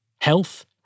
health